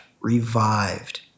revived